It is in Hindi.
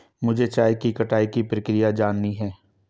मुझे चाय की कटाई की प्रक्रिया जाननी है